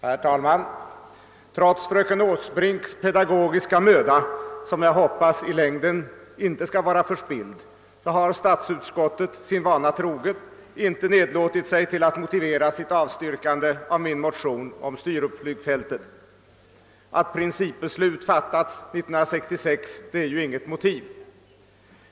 Herr talman! Trots fröken Åsbrinks pedagogiska möda, som jag hoppas i längden inte skall vara förspilld, har statsutskottet sin vana troget inte nedlåtit sig till att motivera sitt avstyrkande av min motion om Sturupflygfältet. Att principbeslut fattats år 1966 är ju inget motiv.